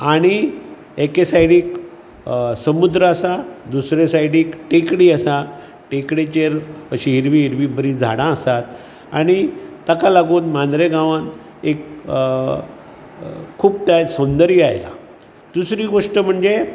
आनी एके सायडीक समूद्र आसा दुसरे सायडीक टेकडी आसा टेकडीचेर अशी हिरवी हिरवी बरीं झाडां आसात आनी ताका लागून मांद्रे गावांत एक खूब ते सौंदर्य आयलां आनी दुसरी गोश्ट म्हणजे